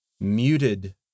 muted